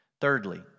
Thirdly